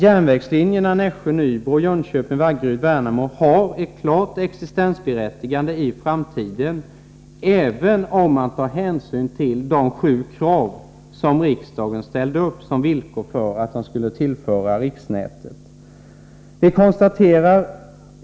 Järnvägslinjerna Nässjö-Nybro och Jönköping-Vaggeryd-Värnamo har ett klart existensberättigande i framtiden även om man tar hänsyn till de sju krav som riksdagen ställde som villkor för att de skulle tillföras riksnätet.